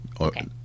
Okay